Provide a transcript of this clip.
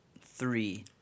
three